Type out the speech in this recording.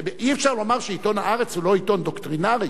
אי-אפשר לומר שעיתון "הארץ" הוא לא עיתון דוקטרינרי.